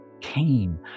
came